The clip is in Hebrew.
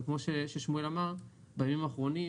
כמו ששמואל אזולאי אמר, בימים האחרונים